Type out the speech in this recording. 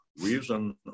Reason